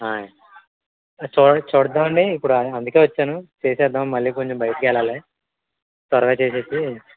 ఆయ్ చూడ చూద్దాం అండి ఇప్పుడు అందుకే వచ్చాను చేద్దాం మళ్ళీ కొంచెం బయటికి వెళ్ళాలి త్వరగా చేసి